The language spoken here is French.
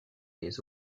les